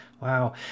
wow